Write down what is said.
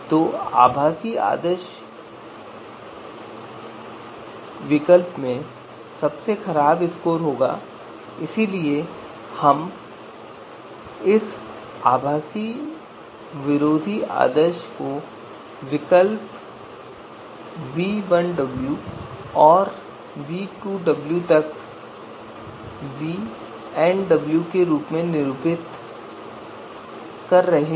तो आभासी विरोधी आदर्श विकल्प में सबसे खराब स्कोर होगा और इसलिए हम इस आभासी विरोधी आदर्श विकल्प को v1w और v2wतक vnw के रूप में निरूपित कर रहे हैं